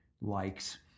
likes